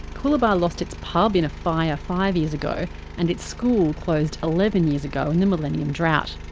coolabah lost its pub in a fire five years ago and its school closed eleven years ago in the millennium drought.